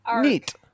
Neat